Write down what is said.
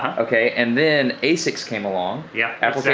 okay, and then asics came along. yeah,